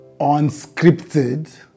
unscripted